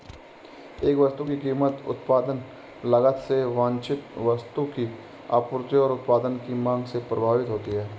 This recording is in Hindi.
एक वस्तु की कीमत उत्पादन लागत से वांछित वस्तु की आपूर्ति और उत्पाद की मांग से प्रभावित होती है